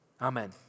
Amen